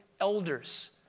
elders